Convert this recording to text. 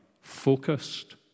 focused